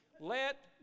Let